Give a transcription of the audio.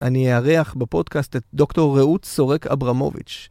אני אארח בפודקאסט את דוקטור רעות סורק אברמוביץ'.